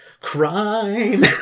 crime